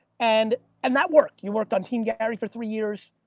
and and that worked. you worked on team gary for three years,